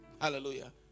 Hallelujah